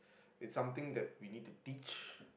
it's something that we need to teach